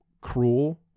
cruel